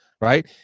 right